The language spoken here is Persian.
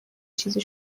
چیزی